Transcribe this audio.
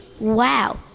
Wow